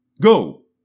Go